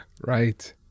Right